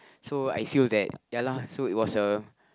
so I feel that ya lah so it was a